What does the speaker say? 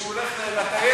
כשהוא הולך לטייסת.